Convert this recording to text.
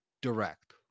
direct